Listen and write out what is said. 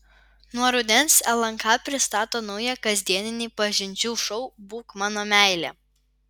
nuo rudens lnk pristato naują kasdieninį pažinčių šou būk mano meile